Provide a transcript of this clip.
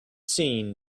scene